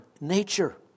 nature